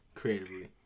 creatively